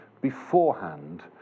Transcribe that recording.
beforehand